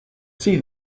see